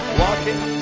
walking